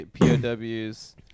POWs